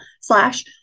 slash